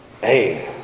Hey